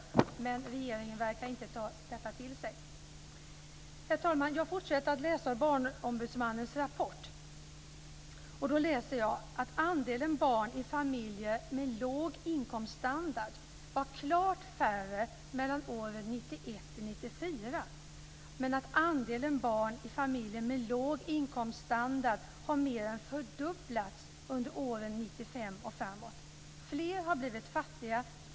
Men regeringen verkar inte ta detta till sig. Herr talman! Jag fortsätter att läsa ur Barnombudsmannens rapport. Då läser jag att antalet barn i familjer med låg inkomststandard var klart mindre mellan åren 1991 till 1994, men att antalet barn i familjer med låg inkomststandard har mer än fördubblats under åren 1995 och framåt. Fler har blivit fattiga.